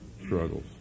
struggles